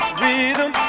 rhythm